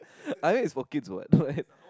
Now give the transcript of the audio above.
I think it's for kids [what] right